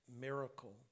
miracle